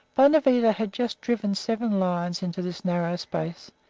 bonavita had just driven seven lions into this narrow space,